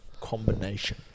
combination